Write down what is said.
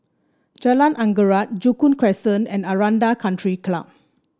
Jalan Anggerek Joo Koon Crescent and Aranda Country Club